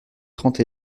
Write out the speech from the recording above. trente